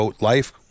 Life